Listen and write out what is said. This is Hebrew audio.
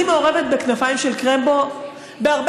אני מעורבת בכנפיים של קרמבו בהרבה